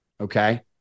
okay